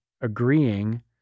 agreeing